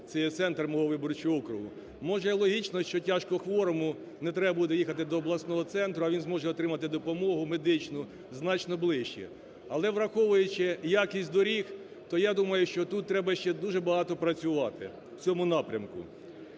це є центр мого виборчого округу. Може логічно, що тяжкохворому не треба буде їхати до обласного центру, а він зможе отримати допомогу медичну значно ближче. Але, враховуючи якість доріг, то я думаю, що тут треба ще дуже багато працювати в цьому напрямку.